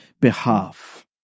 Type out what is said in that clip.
behalf